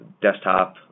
desktop